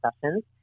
sessions